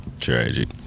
tragic